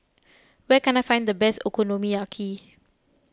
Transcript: where can I find the best Okonomiyaki